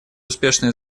успешное